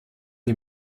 les